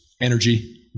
energy